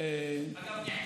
אגב,